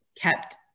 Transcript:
kept